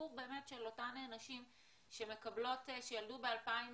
הסיפור באמת של אותן נשים שילדו ב-2019,